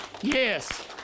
Yes